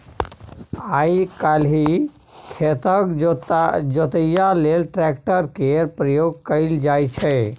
आइ काल्हि खेतक जोतइया लेल ट्रैक्टर केर प्रयोग कएल जाइ छै